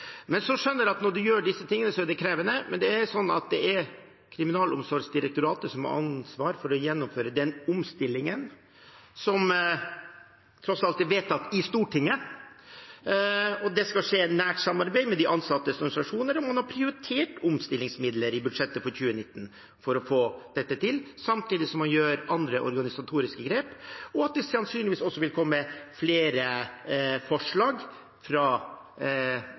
Så skjønner jeg at når en gjør disse tingene, er det krevende, men det er Kriminalomsorgsdirektoratet som har ansvar for å gjennomføre den omstillingen, som tross alt er vedtatt i Stortinget. Det skal skje i nært samarbeid med de ansattes organisasjoner. Man har prioritert omstillingsmidler i budsjettet for 2019 for å få dette til, samtidig som man gjør andre organisatoriske grep, og sannsynligvis vil det også komme flere forslag fra